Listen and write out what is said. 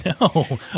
No